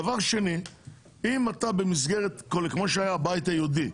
דוגמה של הבית היהודי.